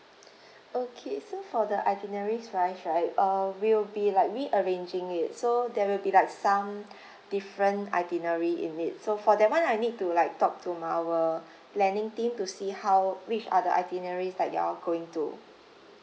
okay so for the itineraries wise right uh will be like rearranging it so there will be like some different itinerary in it so for that [one] I need to like talk to my our planning team to see how which are the itineraries that y'all going to